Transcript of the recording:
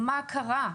מה קרה?